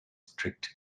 strict